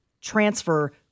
transfer